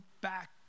back